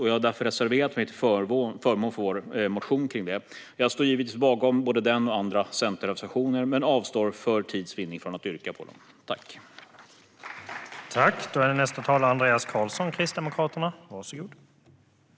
Jag har därför reserverat mig till förmån för vår motion om detta. Jag står givetvis bakom både den och andra centerreservationer men avstår för tids vinnande från att yrka bifall till dem.